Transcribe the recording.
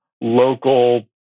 local